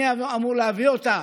אני אמור להביא אותה